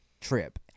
trip